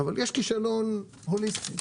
יש כישלון הוליסטי.